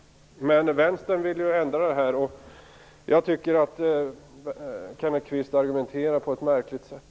Men Vänstern vill ju ändra på detta. Jag tycker att Kenneth Kvist argumenterar på ett märkligt sätt.